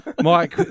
Mike